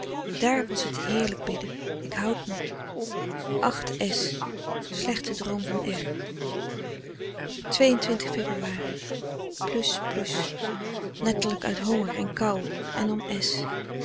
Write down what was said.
daar was het heerlijk bidden ik houd moed slechte droom van ebruari letterlijk uit honger en kou en